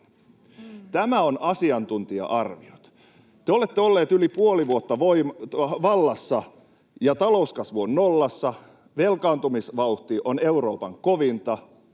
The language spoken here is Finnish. Nämä ovat asiantuntija-arvioita. Te olette olleet yli puoli vuotta vallassa, ja talouskasvu on nollassa, velkaantumisvauhti on Euroopan kovinta.